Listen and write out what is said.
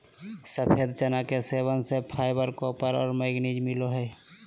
सफ़ेद चना के सेवन से फाइबर, कॉपर और मैंगनीज मिलो हइ